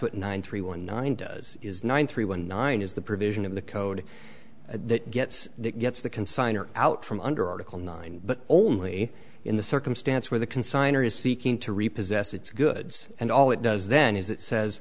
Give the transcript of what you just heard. what nine three one nine does is one three one nine is the provision of the code that gets that gets the consigner out from under article nine but only in the circumstance where the consigner is seeking to repossess its goods and all it does then is it says